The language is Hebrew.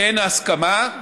אין הסכמה.